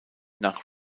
nach